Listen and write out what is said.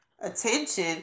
attention